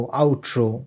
outro